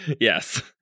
yes